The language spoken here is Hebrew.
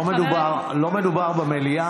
לא מדובר במליאה.